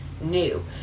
new